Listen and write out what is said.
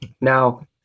Now